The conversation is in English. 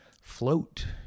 float